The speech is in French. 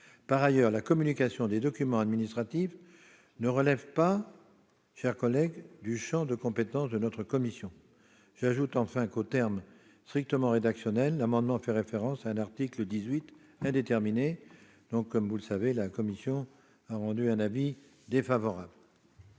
Par ailleurs, la communication des documents administratifs ne relève pas du champ de compétences de notre commission. J'ajoute enfin que, sur le plan strictement rédactionnel, l'amendement fait référence à un article 18 indéterminé. Par conséquent, la commission a rendu un avis défavorable.